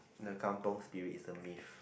the Kampung spirit is a myth